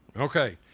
okay